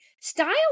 style